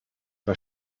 bei